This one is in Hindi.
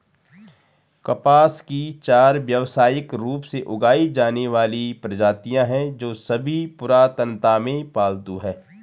कपास की चार व्यावसायिक रूप से उगाई जाने वाली प्रजातियां हैं, जो सभी पुरातनता में पालतू हैं